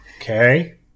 Okay